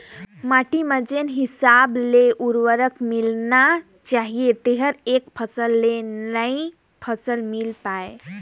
माटी में जेन हिसाब ले उरवरक मिलना चाहीए तेहर एक फसल ले नई फसल मिल पाय